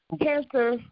cancer